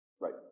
Right